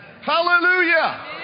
Hallelujah